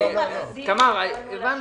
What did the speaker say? תמר, הבנו.